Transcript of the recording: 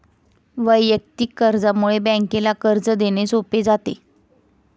वैयक्तिक कर्जामुळे बँकेला कर्ज देणे सोपे जाते